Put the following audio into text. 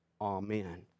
Amen